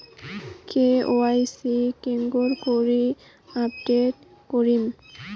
KYC কেঙ্গকরি update করিম?